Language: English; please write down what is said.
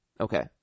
Okay